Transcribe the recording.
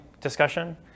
discussion